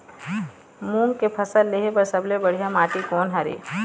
मूंग के फसल लेहे बर सबले बढ़िया माटी कोन हर ये?